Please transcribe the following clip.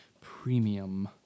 premium